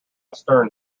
stern